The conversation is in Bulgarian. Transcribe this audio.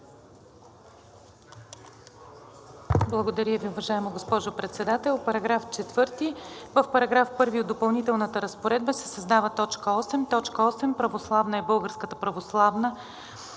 Благодаря Ви, уважаема госпожо Председател. „§ 4. В § 1 от допълнителната разпоредба се създава т. 8: „8. „Православна“ е Българската православна